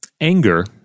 anger